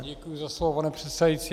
Děkuji za slovo, pane předsedající.